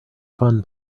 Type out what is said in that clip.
fun